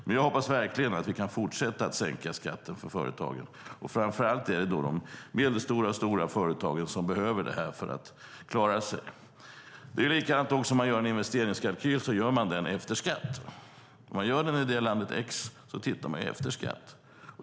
Men jag hoppas verkligen att vi kan fortsätta att sänka skatten för företagen. Framför allt är det då de medelstora och stora företagen som behöver det för att klara sig. Det är likadant om man gör en investeringskalkyl, att man gör den efter skatt. Om man gör den i landet x tittar man efter skatt.